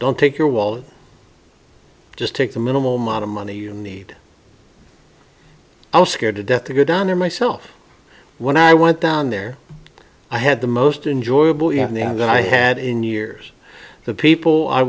don't take your wallet just take the minimal amount of money you need i was scared to death to good honor myself when i went down there i had the most enjoyable in the end i had in years the people i